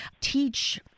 teach